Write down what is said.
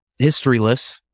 historyless